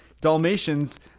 Dalmatians